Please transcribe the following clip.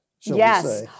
Yes